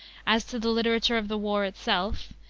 as to the literature of the war itself,